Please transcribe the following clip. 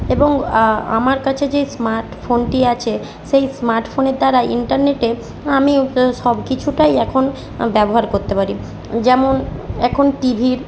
এবং আমার কাছে যেই স্মার্ট ফোনটি আছে সেই স্মার্ট ফোনের দ্বারা ইন্টারনেটে আমি সব কিছুটাই এখন ব্যবহার করতে পারি যেমন এখন টিভির